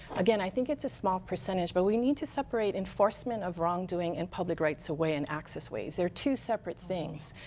again, i think it's a small percentage. but we need to separate enforcement of wrongdoing and public rights way and access ways. two separate things.